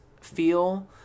feel